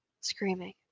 screaming